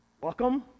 welcome